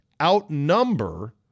outnumber